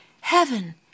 Heaven